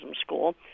school